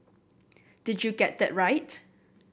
did you get that right